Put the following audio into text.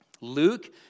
Luke